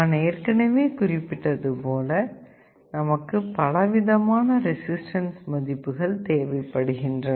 நான் ஏற்கனவே குறிப்பிட்டது போல நமக்கு பலவிதமான ரெசிஸ்டன்ஸ் மதிப்புகள் தேவைப்படுகின்றன